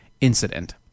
incident